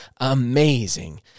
amazing